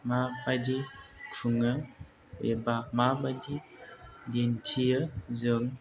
माबायदि खुङो एबा माबायदि दिन्थियो जों